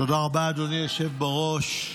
תודה רבה, אדוני היושב בראש.